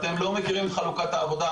אתם לא מכירים את חלוקת העבודה,